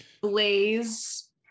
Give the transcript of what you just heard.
Blaze